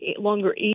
longer